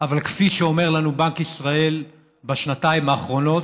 אבל כפי שאומר לנו בנק ישראל בשנתיים האחרונות,